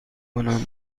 کنم